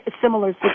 similar